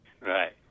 Right